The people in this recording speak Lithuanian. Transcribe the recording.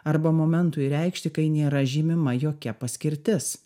arba momentui reikšti kai nėra žymima jokia paskirtis